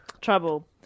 Trouble